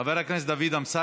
אינו נוכח, חבר הכנסת דוד אמסלם,